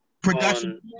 Production